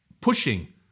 pushing